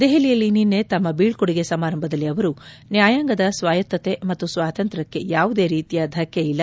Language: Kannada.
ದೆಹಲಿಯಲ್ಲಿ ನಿನ್ನೆ ತಮ್ಮ ಬೀಳ್ಕೊಡುಗೆ ಸಮಾರಂಭದಲ್ಲಿ ಅವರು ನ್ಯಾಯಾಂಗದ ಸ್ವಾಯತ್ತತೆ ಮತ್ತು ಸ್ವಾತಂತ್ರ್ಕಕ್ಕೆ ಯಾವುದೇ ರೀತಿಯ ಧಕ್ಷೆ ಇಲ್ಲ